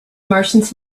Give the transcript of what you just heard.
martians